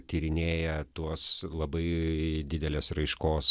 tyrinėja tuos labai didelės raiškos